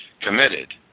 committed